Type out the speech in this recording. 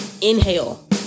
Inhale